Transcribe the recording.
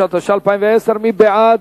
59), התש"ע 2010, מי בעד?